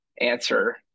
answer